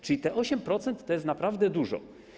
Czyli 8% to jest naprawdę dużo.